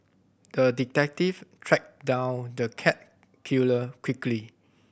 the detective tracked down the cat killer quickly